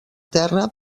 terra